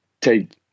take